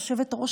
היושבת-ראש,